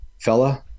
fella